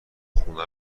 خونه